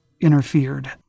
interfered